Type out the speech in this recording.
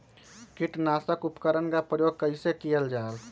किटनाशक उपकरन का प्रयोग कइसे कियल जाल?